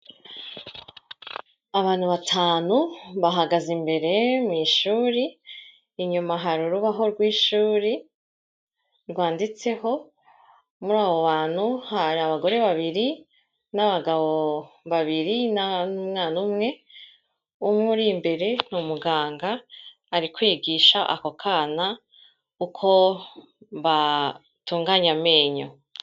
Abantu batanu bahagaze imbere mu ishuri, inyuma hari urubaho rw'ishuri rwanditseho, muri abo bantu hari abagore babiri n'abagabo babiri n'umwana umwe, umwe uri imbere ni umuganga ari kwigisha ako kana uko batunganya amenyo.